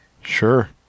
Sure